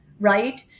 right